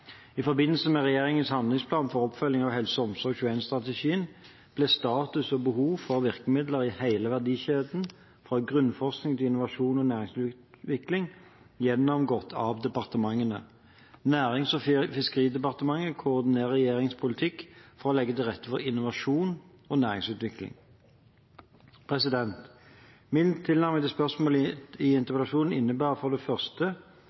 I forbindelse med regjeringens handlingsplan for oppfølging av HelseOmsorg2l-strategien ble status og behov for virkemidler i hele verdikjeden – fra grunnforskning til innovasjon og næringsutvikling – giennomgått av departementene. Nærings- og fiskeridepartementet koordinerer regjeringens politikk for å legge til rette for innovasjon og næringsutvikling. Min tilnærming til spørsmålene i interpellasjonen innebærer for det første